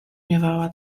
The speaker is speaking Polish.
miewała